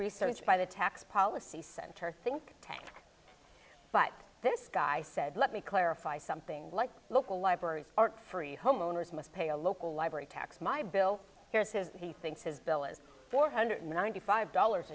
research by the tax policy center think tank but this guy said let me clarify something like local libraries are free homeowners must pay a local library tax my bill here's his he thinks his bill is four hundred ninety five dollars